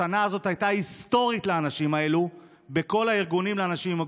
השנה הזו הייתה היסטורית לאנשים האלו בכל הארגונים לאנשים עם מוגבלויות.